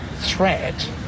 threat